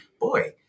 boy